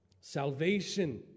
Salvation